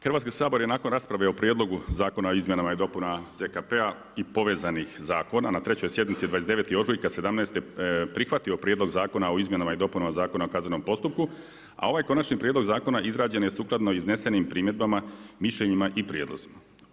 Hrvatski sabor je nakon rasprave o prijedlogu Zakona o izmjenama i dopunama ZKP-a i povezanih zakona na 3.-oj sjednici 29. ožujka 2017. prihvatio Prijedlog zakona o izmjenama i dopunama Zakona o kaznenom postupku a ovaj Konači prijedlog zakona izrađen je sukladno iznesenim primjedbama, mišljenjima i prijedlozima.